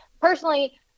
personally